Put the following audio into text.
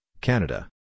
Canada